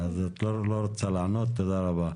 את לא רוצה לענות, תודה רבה.